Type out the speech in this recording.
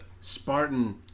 Spartan